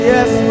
Yes